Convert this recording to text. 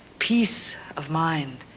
peace of mind.